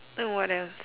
then what else